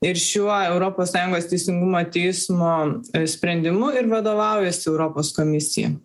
ir šiuo europos sąjungos teisingumo teismo sprendimu ir vadovaujasi europos komisija